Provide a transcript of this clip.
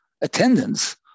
attendance